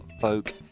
folk